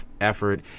effort